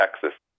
Texas